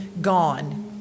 gone